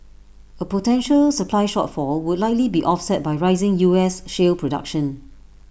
A potential supply shortfall would likely be offset by rising U S shale production